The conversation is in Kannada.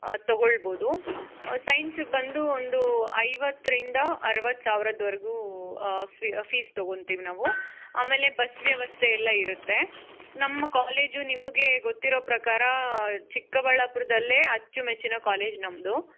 ತೊಗೊಳ್ಬೋದು ಸೈನ್ಸ್ಗೆ ಬಂದು ಒಂದು ಐವತ್ತರಿಂದ ಅರುವತ್ತು ಸಾವಿರದ್ವರ್ಗೂ ಫೀ ಫೀಸ್ ತಗೊಂತೀವಿ ನಾವು ಆಮೇಲೆ ಬಸ್ ವ್ಯವಸ್ಥೆ ಎಲ್ಲ ಇರುತ್ತೆ ನಮ್ಮ ಕಾಲೇಜು ನಿಮಗೆ ಗೊತ್ತಿರೋ ಪ್ರಕಾರ ಚಿಕ್ಕಬಳ್ಳಾಪುರದಲ್ಲೇ ಅಚ್ಚು ಮೆಚ್ಚಿನ ಕಾಲೇಜ್ ನಮ್ಮದು